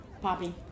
Poppy